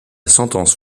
sentence